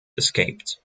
escaped